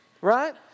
Right